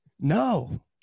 No